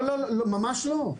ממש לא.